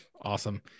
Awesome